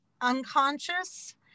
unconscious